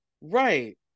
right